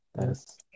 Yes